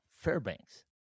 Fairbanks